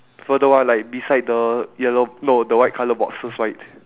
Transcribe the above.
further one like beside the yellow no the white colour boxes right